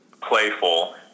playful